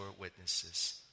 witnesses